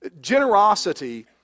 Generosity